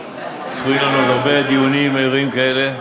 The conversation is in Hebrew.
צפויים לנו עוד הרבה דיונים ערים כאלה,